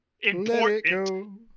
important